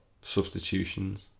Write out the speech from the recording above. substitutions